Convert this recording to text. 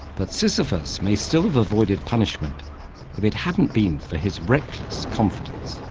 but sisyphus may still have avoided punishment if it hadn't been for his reckless confidence.